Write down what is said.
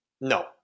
No